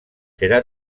será